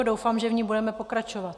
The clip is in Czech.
Doufám, že v ní budeme pokračovat.